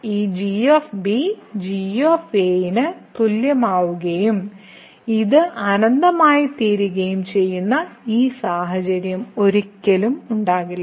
ഈ g g ന് തുല്യമാവുകയും ഇത് അനന്തമായിത്തീരുകയും ചെയ്യുന്ന ഒരു സാഹചര്യം ഒരിക്കലും ഉണ്ടാകില്ല